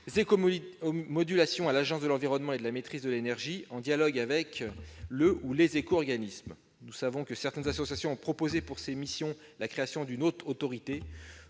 éco-modulations à l'Agence de l'environnement et de la maîtrise de l'énergie, en dialogue avec le ou les éco-organismes. Nous savons que certaines associations ont proposé pour cette mission la création d'une haute autorité.